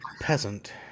peasant